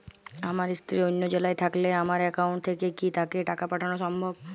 আমার স্ত্রী অন্য জেলায় থাকলে আমার অ্যাকাউন্ট থেকে কি তাকে টাকা পাঠানো সম্ভব?